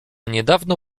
niedawno